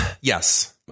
Yes